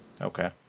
Okay